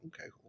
okay